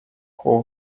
who